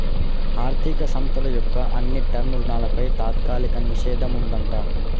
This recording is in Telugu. ఆర్ధిక సంస్థల యొక్క అన్ని టర్మ్ రుణాలపై తాత్కాలిక నిషేధం ఉందంట